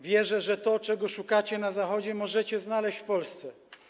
Wierzę, że to, czego szukacie na Zachodzie, możecie znaleźć w Polsce.